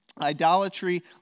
idolatry